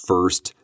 First